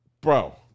Bro